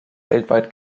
weltweit